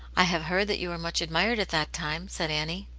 i have heard that you were much admired at that time, said annie.